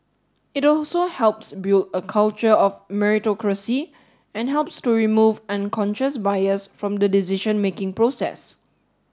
it also helps build a culture of meritocracy and helps to remove unconscious bias from the decision making process